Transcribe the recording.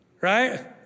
right